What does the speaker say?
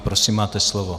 Prosím, máte slovo.